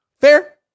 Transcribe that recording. Fair